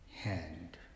hand